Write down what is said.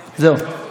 את כבר בשנייה,